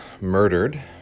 murdered